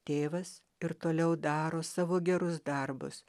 tėvas ir toliau daro savo gerus darbus